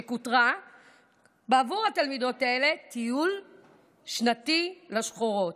שכותרתה בעבור התלמידות האלה "טיול שנתי לשחורות",